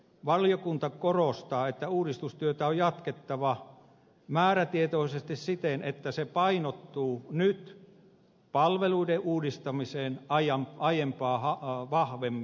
valiokunta korostaa että uudistustyötä on jatkettava määrätietoisesti siten että se painottuu nyt palveluiden uudistamiseen aiempaa vahvemmin